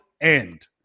end